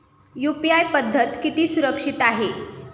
UPI पद्धत किती सुरक्षित आहे?